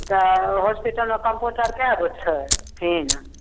तऽ ओ हॉस्पिटलमे कम्पाउण्डर कै गो छै छथिन